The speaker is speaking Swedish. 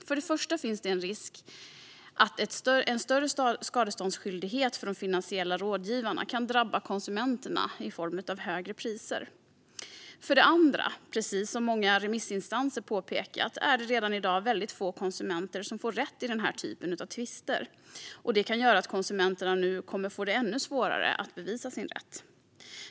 För det första finns det en risk för att en större skadeståndsskyldighet för de finansiella rådgivarna kan drabba konsumenterna i form av högre priser. För det andra är det, precis som många remissinstanser påpekat, redan i dag väldigt få konsumenter som får rätt i den här typen av tvister. Det här kan göra att konsumenterna nu kommer att få det ännu svårare att bevisa sin rätt.